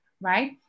right